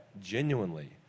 genuinely